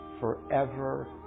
forever